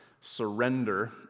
Surrender